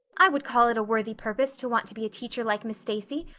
i would call it a worthy purpose to want to be a teacher like miss stacy,